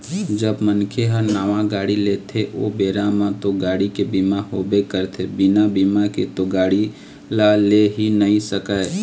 जब मनखे ह नावा गाड़ी लेथे ओ बेरा म तो गाड़ी के बीमा होबे करथे बिना बीमा के तो गाड़ी ल ले ही नइ सकय